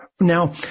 Now